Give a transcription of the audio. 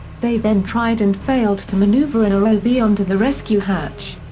they then tried and failed to manoeuvre a and rov yeah onto the rescue hatch.